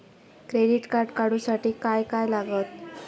Credit card काढूसाठी काय काय लागत?